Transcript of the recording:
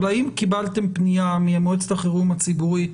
אבל האם קיבלתם פנייה ממועצת החירום הציבורית